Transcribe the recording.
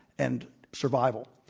and survival.